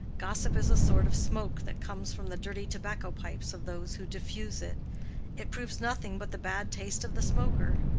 gossip is a sort of smoke that comes from the dirty tobacco-pipes of those who diffuse it it proves nothing but the bad taste of the smoker.